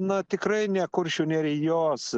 na tikrai ne kuršių nerijos